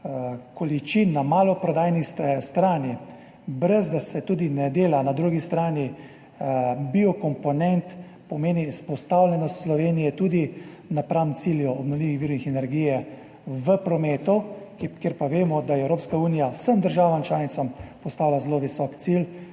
količin na maloprodajni strani, brez da se tudi ne dela na drugi strani biokomponent, pomeni izpostavljenost Slovenije tudi nasproti cilju obnovljivih virov energije v prometu, kjer pa vemo, da je Evropska unija vsem državam članicam postavila zelo visok cilj,